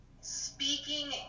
speaking